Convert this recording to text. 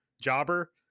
jobber